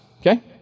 Okay